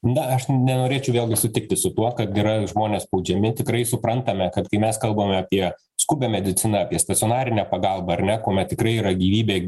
na aš nenorėčiau vėlgi sutikti su tuo kad yra žmonės spaudžiami tikrai suprantame kad kai mes kalbame apie skubią mediciną apie stacionarinę pagalbą ar ne kuomet tikrai yra gyvybė